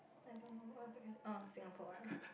I don't know what's the quest~ oh Singapore